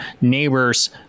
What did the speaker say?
neighbors